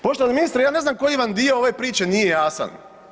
Poštovani ministre, ja ne znam koji vam dio ove priče nije jasan.